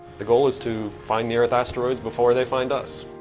the goal is to find near earth asteroids before they find us.